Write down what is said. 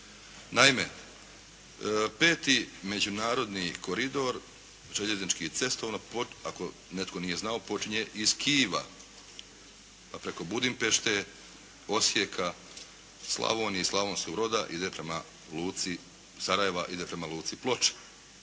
Naime 5. međunarodni koridor željeznički i cestovno ako netko nije znao počinje iz Kiiva pa preko Budimpešte, Osijeka, Slavonije i Slavonskog Broda ide prema luci, Sarajeva ide prema Luci Ploče.